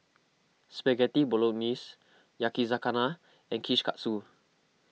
Spaghetti Bolognese Yakizakana and Kushikatsu